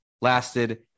lasted